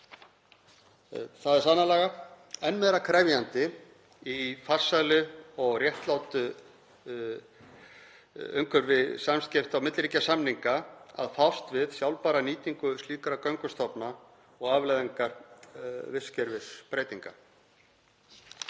Það er sannarlega enn meira krefjandi í farsælu og réttlátu umhverfi samskipta og milliríkjasamninga að fást við sjálfbæra nýtingu slíkra göngustofna og afleiðingar vistkerfisbreytinga.